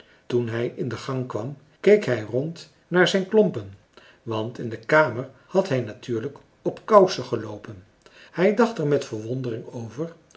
toen hij in de gang kwam keek hij rond naar zijn klompen want in de kamer had hij natuurlijk op kousen geloopen hij dacht er met verwondering over